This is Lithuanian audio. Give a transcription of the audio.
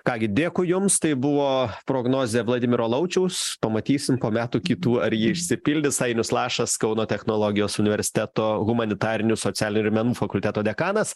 ką gi dėkui jums tai buvo prognozė vladimiro laučiaus pamatysim po metų kitų ar ji išsipildys ainius lašas kauno technologijos universiteto humanitarinių socialinių ir menų fakulteto dekanas